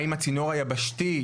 האם הצינור היבשתי,